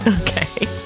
Okay